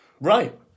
Right